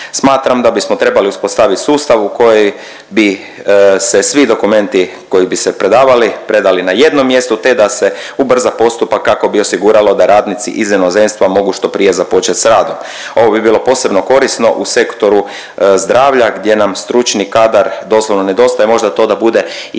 Smatram da bismo trebali uspostaviti sustav u koji bi se svi dokumenti koji bi se predavali predali na jednom mjestu te da se ubrza postupak kako bi osiguralo da radnici iz inozemstva mogu što prije započet s radom. Ovo bi bilo posebno korisno u sektoru zdravlja gdje nam stručni kadar doslovno nedostaje, možda to da bude i jedan